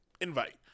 invite